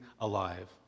alive